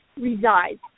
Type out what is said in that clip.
resides